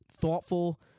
thoughtful